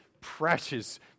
precious